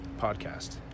Podcast